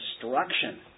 destruction